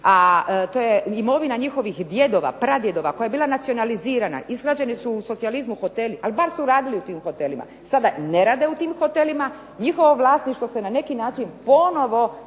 a to je imovina njihovih djedova, pradjedova koja je bila nacionalizirana, izgrađeni su u socijalizmu hoteli ali bar su radili u tim hotelima. Sada ne rade u tim hotelima, njihovo vlasništvo se na neki način ponovo